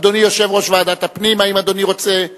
אדוני, יושב-ראש ועדת הפנים, האם אדוני רוצה לברך?